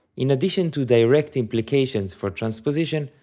in addition to direct implications for transposition,